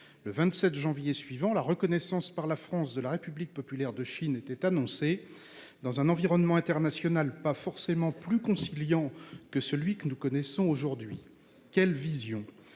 Le 27 janvier suivant, la reconnaissance par la France de la République populaire de Chine était annoncée, dans un environnement international pas forcément plus conciliant que celui que nous connaissons aujourd'hui. Quelle vision !